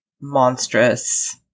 monstrous